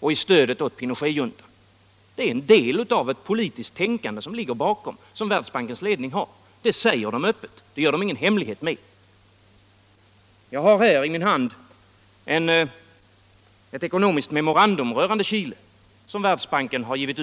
och i stödet åt Pinochetjuntan. Det är en del av det politiska tänkande som Världsbankens ledning har, och det säger man öppet. Jag har i min hand ett ekonomiskt memorandum rörande Chile, som Världsbanken givit ut.